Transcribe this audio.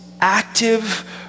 active